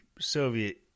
Soviet